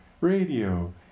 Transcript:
radio